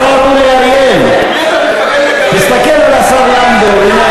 השר אורי אריאל, תסתכל על השר לנדאו.